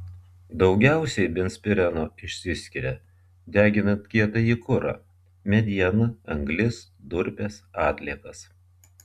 daugiausiai benzpireno išsiskiria deginant kietąjį kurą medieną anglis durpes atliekas